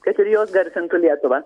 kad ir jos garsintų lietuvą